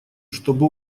чтобы